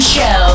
Show